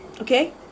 okay